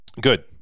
Good